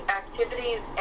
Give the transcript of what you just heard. activities